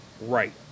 Right